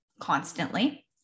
constantly